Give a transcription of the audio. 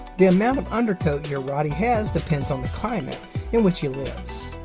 the amount of undercoat your rottie has depends on the climate in which he lives.